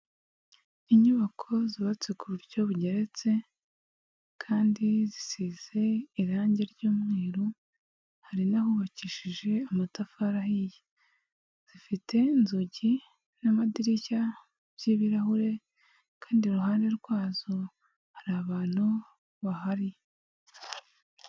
Inyubako zubatswe ku buryo bugeretse kandi zisize irangi ry'umweru, hari n'ahubakishije amatafari ahiye. Zifite inzugi n'amadirishya by'ibirahure kandi iruhande rwazo hari abantu bahari.